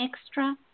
extra